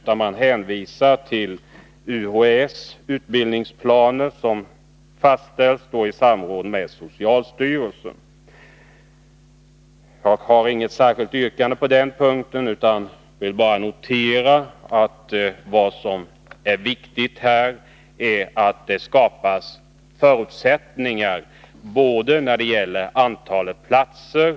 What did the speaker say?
Man hänvisar till UHÄ:s utbildningsplaner som fastställs i samråd med socialstyrelsen. Jag har inget särskilt yrkande på den punkten utan vill bara notera att det viktiga här är att det skapas förutsättningar när det gäller antalet platser.